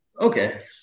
Okay